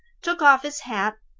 took off his hat,